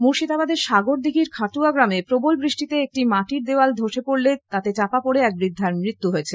মুর্শিদাবাদের সাগরদীঘীর খাটুয়াগ্রামে প্রবল বৃষ্টিতে একটি মাটির দেওয়াল ধসে পড়লে তা চাপা পড়ে এক বৃদ্ধার মৃত্যু হইয়েছে